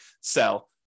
sell